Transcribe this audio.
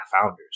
founders